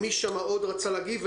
מי עוד רצה להגיב?